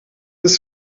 ist